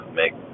make